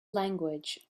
language